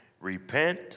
repent